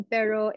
Pero